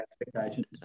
expectations